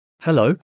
Hello